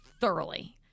thoroughly